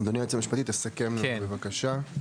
אדוני היועץ המשפטי, תסכם לנו, בבקשה.